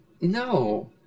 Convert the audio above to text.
No